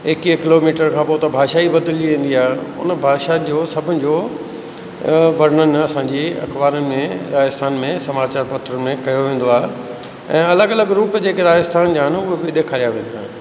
एकवीह किलोमीटर खां पोइ त भाषा ई बदिलजी वेंदी आहे उन भाषा जो सभ जो वर्णन असांजी अखबारनि में राजस्थान में समाचार पत्र में कयो वेंदो आहे ऐं अलॻि अलॻि रुप जेके राजस्थान जा आहिनि उहे बि ॾेखारिया वेंदा आहिनि